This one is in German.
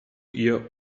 ihr